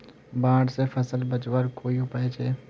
बाढ़ से फसल बचवार कोई उपाय छे?